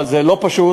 אבל זה לא פשוט.